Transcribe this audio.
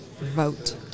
Vote